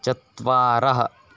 चत्वारः